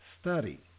Study